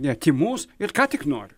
ne tymus ir ką tik nori